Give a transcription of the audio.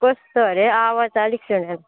कस्तो अरे आवाज अलिक सुनिएन